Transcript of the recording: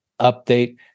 update